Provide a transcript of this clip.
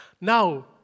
Now